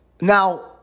Now